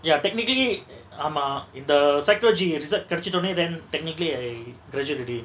ya technically ஆமா இந்த:aama intha psychology research கெடச்சிடோனே:kedachitone then technically I graduate already